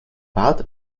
pad